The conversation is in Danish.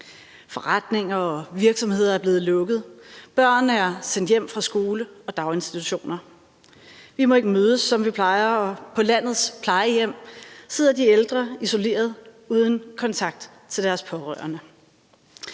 Forretninger og virksomheder er blevet lukket, og børn er blevet sendt hjem fra skole og daginstitutioner. Vi må ikke mødes, som vi plejer, og på landets plejehjem sidder de ældre isoleret uden kontakt til deres pårørende.